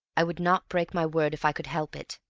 i would not break my word if i could help it,